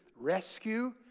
rescue